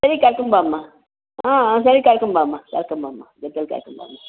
ಸರಿ ಕರ್ಕೊಂಡು ಬಾ ಅಮ್ಮ ಹಾಂ ಸರಿ ಕರ್ಕೊಂಡು ಬಾ ಅಮ್ಮ ಕರ್ಕೊಂಡು ಬಾಮ್ಮ ಜೊತೆಲಿ ಕರ್ಕೊಂಡು ಬಾಮ್ಮ